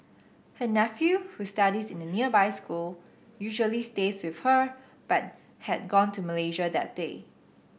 her nephew who studies in a nearby school usually stays with her but had gone to Malaysia that day